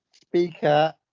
speaker